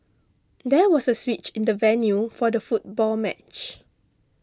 there was a switch in the venue for the football match